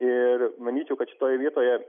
ir manyčiau kad šitoje vietoje